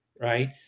right